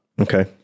Okay